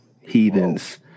heathens